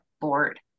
board